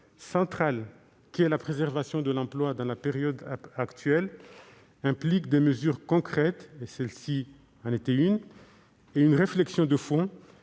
majeur qu'est la préservation de l'emploi dans la période actuelle implique des mesures concrètes, dont celle-ci, et une réflexion de fond,